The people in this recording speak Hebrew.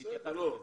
אני התייחסתי לזה.